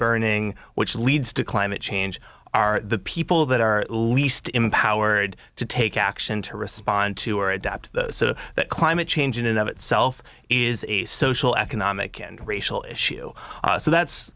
burning which leads to climate change are the people that are least empowered to take action to respond to or adapt to that climate change in and of itself is a social economic and racial issue so that's